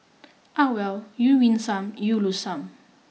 ah well you win some you lose some